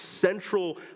central